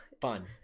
fun